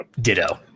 Ditto